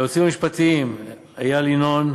ליועצים המשפטיים איל ינון,